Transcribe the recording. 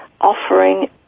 offering